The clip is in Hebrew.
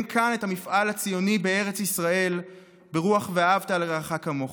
כאן את המפעל הציוני בארץ ישראל ברוח "ואהבת לרעך כמוך".